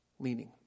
leaning